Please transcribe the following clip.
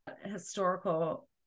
historical